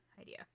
idea